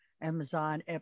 Amazon